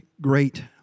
great